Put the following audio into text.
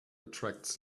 attracts